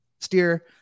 steer